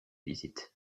visite